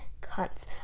cunts